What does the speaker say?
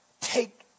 take